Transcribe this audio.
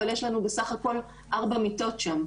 אבל יש לנו בסך הכול ארבע מיטות שם,